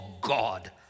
God